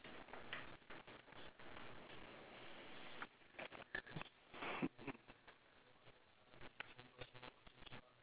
no no I I didn't see any guy jumping around